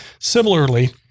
Similarly